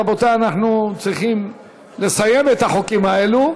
רבותי, אנחנו צריכים לסיים את החוקים האלו.